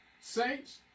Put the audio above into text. Saints